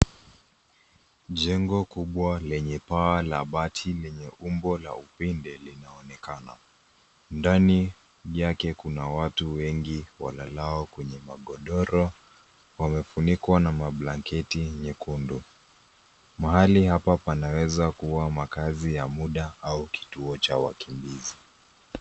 Jengo kubwa lenye paa la bati lenye umbo la upinde linaonekana. Ndani yake kuna watu wengi walalao kwenye magodoro, wamefunikwa na mablanketi nyekundu. Mahali hapa panaweza kuwa makazi ya muda au kituo cha wakimbizi.